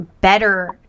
better